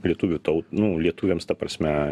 lietuvių tau nu lietuviams ta prasme